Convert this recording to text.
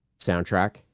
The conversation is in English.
soundtrack